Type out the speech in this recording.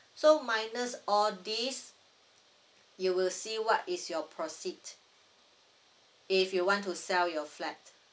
so minus all these you will see what is your proceeds if you want to sell your flat